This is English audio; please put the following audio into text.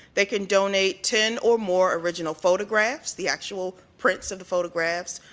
they can donate ten or more original photographs, the actual prints of the photographs,